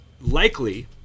likely